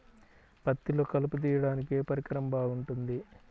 పత్తిలో కలుపు తీయడానికి ఏ పరికరం బాగుంటుంది?